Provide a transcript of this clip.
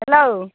hello